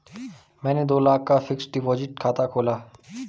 मैंने दो लाख का फ़िक्स्ड डिपॉज़िट खाता खोला